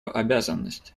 обязанность